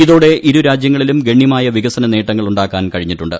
ഇതോടെ ഇരുരാജ്യങ്ങളിലും ഗണ്യമായ വികസന നേട്ടങ്ങൾ ഉണ്ടാക്കാൻ കഴിഞ്ഞിട്ടുണ്ട്